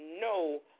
no